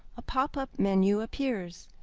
a pop-up menu appears.